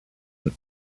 and